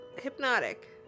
hypnotic